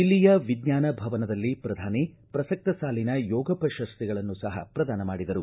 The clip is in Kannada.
ದಿಲ್ಲಿಯ ವಿಜ್ಞಾನ ಭವನದಲ್ಲಿ ಪ್ರಧಾನಿ ಪ್ರಸಕ್ತ ಸಾಲಿನ ಯೋಗ ಪ್ರಶಸ್ತಿಗಳನ್ನು ಸಹ ಪ್ರದಾನ ಮಾಡಿದರು